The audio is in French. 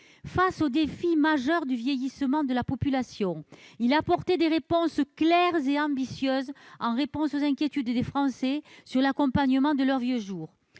Face au défi majeur du vieillissement de la population, ce rapport apportait des réponses claires et ambitieuses aux inquiétudes des Français sur l'accompagnement de leurs vieux jours.